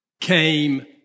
came